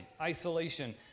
Isolation